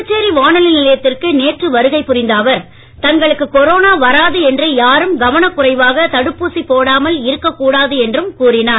புதுச்சேரி வானொலி நிலையத்திற்கு நேற்று வருகை புரிந்த அவர் தங்களுக்கு கொரோனா வராது என்று யாரும் கவனக் குறைவாக தடுப்பூசி போடாமல் இருக்க கூடாது என்றும் கூறினார்